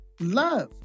Love